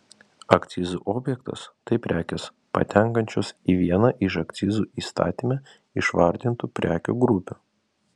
akcizų objektas tai prekės patenkančios į vieną iš akcizų įstatyme išvardintų prekių grupių